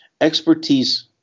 Expertise